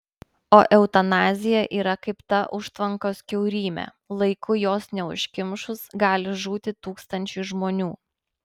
o eutanazija yra kaip ta užtvankos kiaurymė laiku jos neužkimšus gali žūti tūkstančiai žmonių